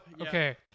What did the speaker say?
Okay